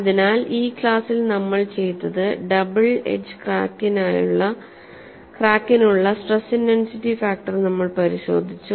അതിനാൽ ഈ ക്ലാസ്സിൽ നമ്മൾ ചെയ്തത് ഡബിൾ എഡ്ജ് ക്രാക്കിനുള്ള സ്ട്രെസ് ഇന്റെൻസിറ്റി ഫാക്ടർ നമ്മൾ പരിശോധിച്ചു